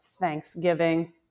Thanksgiving